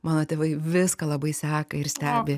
mano tėvai viską labai seka ir stebi